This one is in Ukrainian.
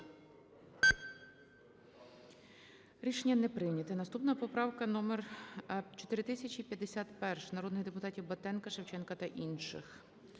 Рішення не прийнято. Наступна поправка - номер 4057, народних депутатів Батенка, Шевченка та інших.